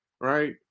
Right